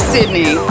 Sydney